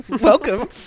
Welcome